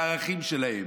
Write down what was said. בערכים שלהם.